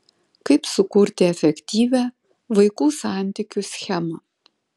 kaip sukurti efektyvią vaikų santykių schemą